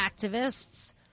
activists